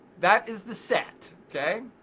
that is the set, okay?